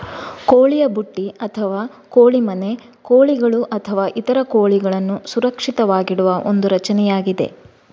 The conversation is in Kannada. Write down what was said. ಕೋಳಿಯ ಬುಟ್ಟಿ ಅಥವಾ ಕೋಳಿ ಮನೆ ಕೋಳಿಗಳು ಅಥವಾ ಇತರ ಕೋಳಿಗಳನ್ನು ಸುರಕ್ಷಿತವಾಗಿ ಮತ್ತು ಸುರಕ್ಷಿತವಾಗಿಡುವ ಒಂದು ರಚನೆಯಾಗಿದೆ